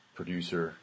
producer